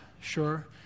sure